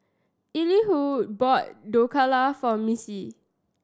Elihu bought Dhokla for Missy